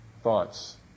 thoughts